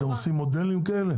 מה, אתם עושים מודלים כאלה?